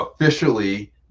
officially